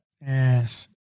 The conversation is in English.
Yes